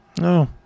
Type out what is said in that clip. No